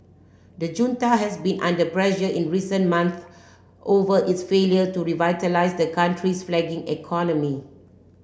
the junta has been under pressure in recent months over its failure to revitalise the country's flagging economy